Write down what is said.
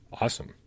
awesome